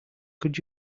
could